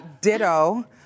ditto